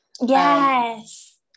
yes